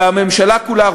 והממשלה כולה,